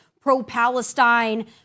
pro-Palestine